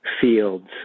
fields